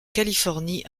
californie